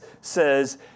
says